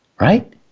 Right